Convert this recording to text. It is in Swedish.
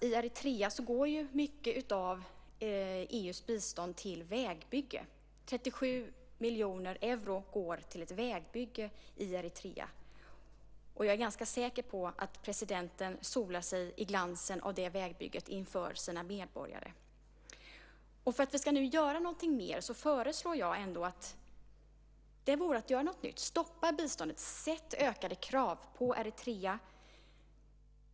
I Eritrea går mycket av EU:s bistånd till vägbygge - 37 miljoner euro går till ett vägbygge i Eritrea. Jag är ganska säker på att presidenten solar sig i glansen av det vägbygget inför sina medborgare. För att vi nu ska göra någonting mer föreslår jag att vi stoppar biståndet. Det vore att göra något nytt. Ställ ökade krav på Eritrea!